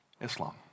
Islam